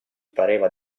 pareva